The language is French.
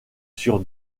sur